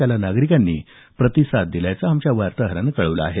त्याला नागरिकांनी प्रतिसाद दिल्याचं आमच्या वार्ताहरानं कळवलं आहे